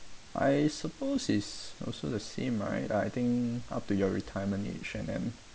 I suppose it's also the same right I think up to your retirement age and then uh